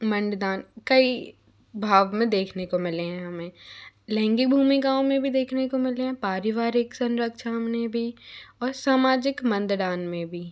मंडदान कई भाव में देखने को मिले हैं हमें भूमि गाँव में भी देखने को मिले हैं पारिवारिक संरक्षण हम ने भी और सामाजिक मंडदान में भी